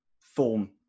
form